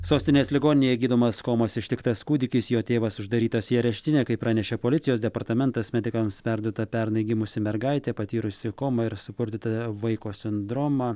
sostinės ligoninėje gydomas komos ištiktas kūdikis jo tėvas uždarytas į areštinę kaip pranešė policijos departamentas medikams perduota pernai gimusi mergaitė patyrusi komą ir supurtytą vaiko sindromą